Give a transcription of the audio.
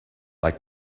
like